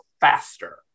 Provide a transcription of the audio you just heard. faster